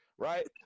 Right